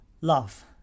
love